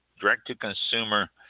direct-to-consumer